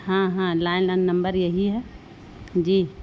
ہاں ہاں landline number یہی ہے جی